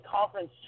conference